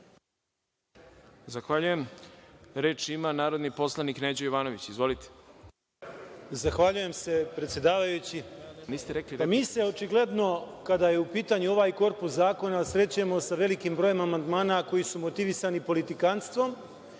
Zahvaljujem. Reč ima narodni poslanik Neđo Jovanović. Izvolite. **Neđo Jovanović** Zahvaljujem se predsedavajući. Mi se očigledno kada je u pitanju ovaj korpus zakona srećemo sa velikim brojem amandmana koji su motivisani politikanstvom